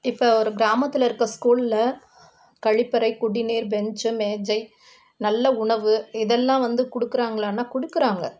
இப்போ ஒரு கிராமத்தில் இருக்கற ஸ்கூலில் கழிப்பறை குடிநீர் பெஞ்சு மேஜை நல்ல உணவு இதெல்லாம் வந்து கொடுக்கறாங்களான்னா கொடுக்கறாங்க